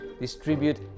distribute